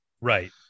Right